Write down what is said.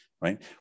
right